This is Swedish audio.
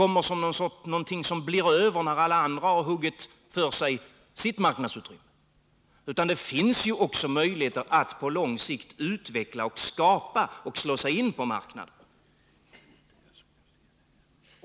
Marknaden är inte någonting som blir över när alla andra har huggit för sig av sitt marknadsutrymme, utan det finns ju möjligheter att på lång sikt utveckla, skapa och slå sig in på marknader.